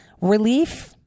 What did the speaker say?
relief